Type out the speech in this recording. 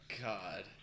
God